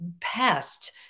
past